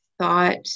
thought